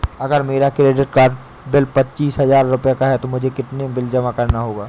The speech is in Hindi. अगर मेरा क्रेडिट कार्ड बिल पच्चीस हजार का है तो मुझे कितना बिल जमा करना चाहिए?